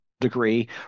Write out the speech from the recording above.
degree